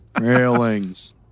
Railings